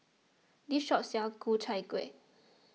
this shop sells Ku Chai Kuih